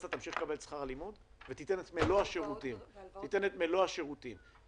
מערכת ההשכלה הגבוהה ושכר הלימוד בשל התפשטות נגיף הקורונה.